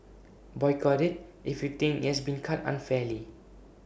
boycott IT if you think IT has been cut unfairly